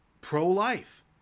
pro-life